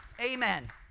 Amen